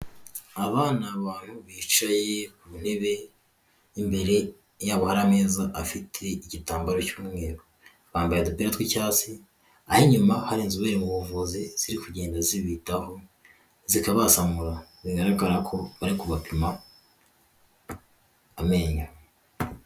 Aba ni abantu bicaye ku ntebe imbere yabo hari ameza afite igitambaro cy'umweru, bambaye udupira tw'icyatsi aho inyuma hari inzobere mu buvuzi ziri kugenda zibitaho, zikabasamura bigaragara ko bari kubapima amenyo.